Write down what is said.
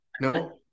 No